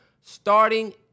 starting